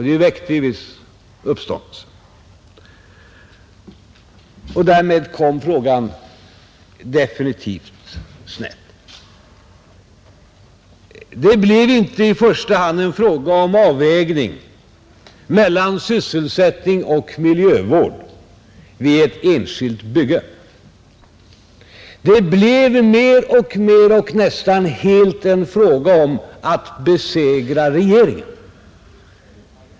Det väckte ju en viss uppståndelse. Därmed kom frågan definitivt snett. Det blev inte i första hand en fråga om avvägning mellan sysselsättning och miljövård vid ett enskilt bygge — det blev mera och nästan helt en fråga om att besegra regeringen.